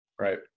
Right